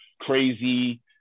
crazy